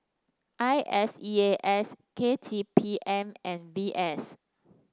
I S E A S K T P M and V S